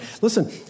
Listen